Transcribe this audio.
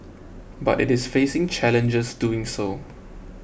but it is facing challenges doing so